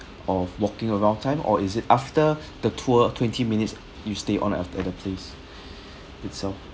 of walking a lot of time or is it after the tour twenty minutes you stay on after the place itself